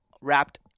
wrapped